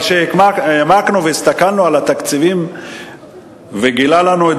אבל כשהעמקנו והסתכלנו על